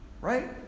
right